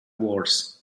wars